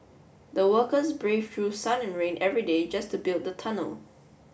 the workers braved through sun and rain every day just to build the tunnel